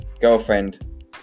girlfriend